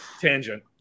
tangent